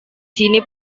sini